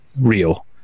real